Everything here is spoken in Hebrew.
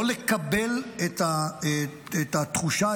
לא לקבל את התחושה,